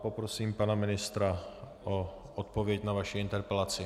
Poprosím pana ministra o odpověď na vaši interpelaci.